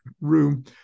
Room